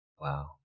Wow